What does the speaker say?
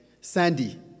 Sandy